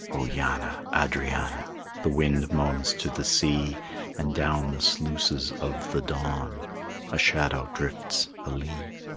o yanna, adrianna the wind moans to the sea and down the sluices of the dawn a shadow drifts alee.